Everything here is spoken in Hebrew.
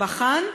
בחן,